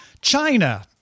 China